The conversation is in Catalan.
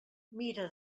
mira